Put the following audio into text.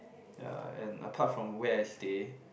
ya and apart from where I stay